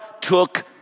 took